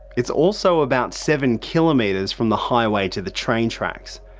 it's also about seven kilometres from the highway to the train tracks.